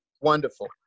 Wonderful